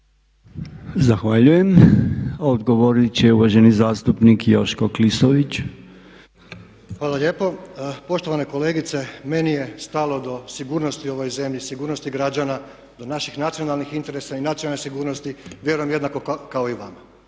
Zahvaljujem. Odgovoriti će uvaženi zastupnik Joško Klisović. **Klisović, Joško (SDP)** Hvala lijepo. Poštovana kolegice, meni je stalo do sigurnosti u ovoj zemlji, sigurnosti građana, do naših nacionalnih interesa i nacionalne sigurnosti vjerujem kao i vama.